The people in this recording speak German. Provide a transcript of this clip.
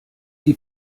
die